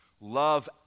love